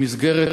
במסגרת